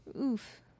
oof